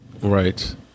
right